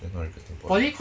you are not regretting poly